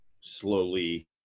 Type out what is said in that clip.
slowly